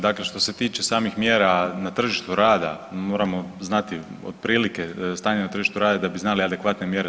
Dakle, što se tiče samih mjera na tržištu rada, moramo znati otprilike stanje na tržištu rada da bi znali adekvatne mjere.